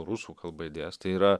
rusų kalba idėjos tai yra